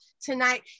tonight